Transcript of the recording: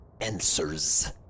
answers